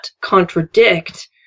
contradict